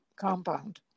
compound